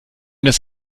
das